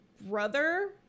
brother